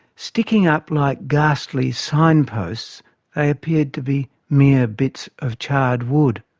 sticking up like ghastly signposts they appeared to be mere bits of charred wood.